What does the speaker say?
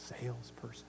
salesperson